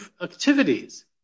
activities